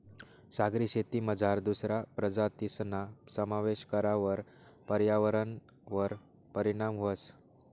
सागरी शेतीमझार दुसरा प्रजातीसना समावेश करावर पर्यावरणवर परीणाम व्हस